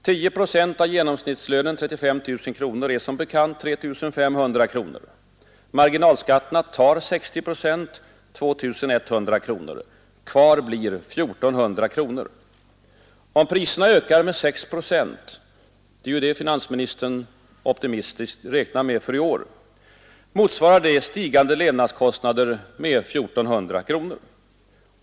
10 procent av genomsnittslönen 35 000 kronor är som bekant 3 500 kronor. Marginalskatterna tar 60 procent, dvs. 2 100 kronor. Kvar blir 1 400 kronor. Om priserna ökar med 6 procent — det är ju det finansministern optimistiskt räknar med för i år — motsvarar det att levnadskostnaderna stiger med 1400 kronor.